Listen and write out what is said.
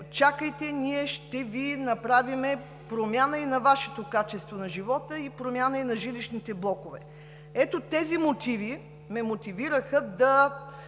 чакайте, ние ще направим промяна и на Вашето качество на живота, и промяна и на жилищните блокове. Ето това ме мотивира да